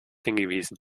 hingewiesen